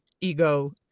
ego